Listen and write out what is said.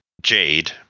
jade